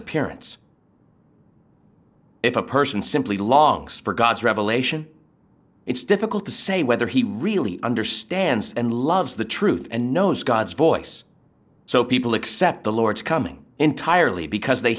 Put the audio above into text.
appearance if a person simply longs for god's revelation it's difficult to say whether he really understands and loves the truth and knows god's voice so people accept the lord's coming entirely because they